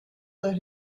let